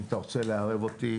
אם אתה רוצה לערב אותי,